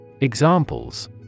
Examples